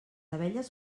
abelles